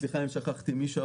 סליחה אם שכחתי מישהו.